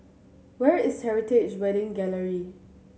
where is Heritage Wedding Gallery